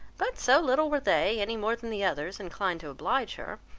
but so little were they, anymore than the others, inclined to oblige her,